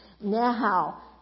Now